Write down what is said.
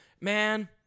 man